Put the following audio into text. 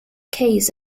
case